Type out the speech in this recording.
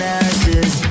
ashes